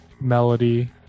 melody